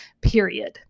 period